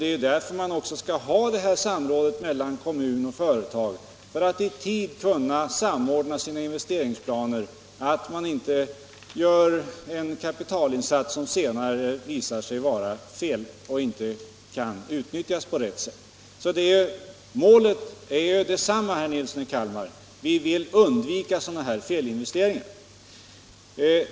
Det är därför man också skall ha dessa samråd mellan kommun och företag — för att i tid kunna samordna sina investeringsplaner, så att man inte gör en kapitalinsats som senare visar sig vara felaktig och inte kan utnyttjas på rätt sätt. Målet är ju detsamma, herr Nilsson i Kalmar. Vi vill undvika sådana här felinvesteringar.